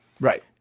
Right